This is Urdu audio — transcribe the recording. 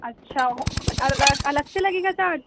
اچھا الگ سے لگے گا چارج